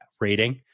rating